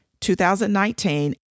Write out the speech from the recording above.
2019